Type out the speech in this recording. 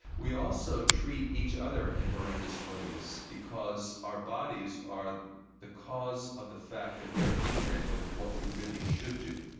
we also treat each other in horrendous ways, because our bodies are the cause of the fact that we are ignorant of what we really should do.